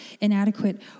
inadequate